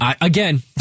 Again